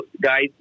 guys